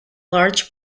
large